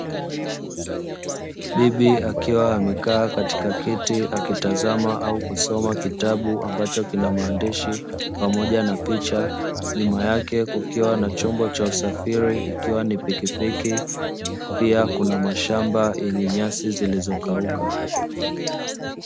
Bibi akiwa amekaa Katika kiti akitazama au kusoma kitabu ambacho kina maandishi pamoja na picha. Nyuma yake kukiwa na chombo cha usafiri ambacho ni pikipiki pia Kuna mashamba yenye nyasi zilizokauka.